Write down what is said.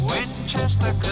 Winchester